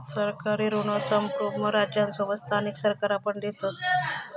सरकारी ऋण संप्रुभ राज्यांसोबत स्थानिक सरकारा पण देतत